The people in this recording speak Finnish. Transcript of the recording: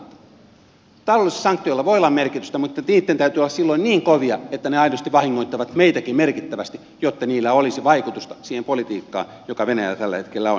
taloudellisilla sanktioilla voi olla merkitystä mutta niitten täytyy olla silloin niin kovia että ne aidosti vahingoittavat meitäkin merkittävästi jotta niillä olisi vaikutusta siihen politiikkaan joka venäjällä tällä hetkellä on